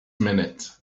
minute